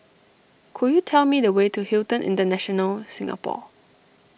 could you tell me the way to Hilton International Singapore